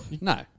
No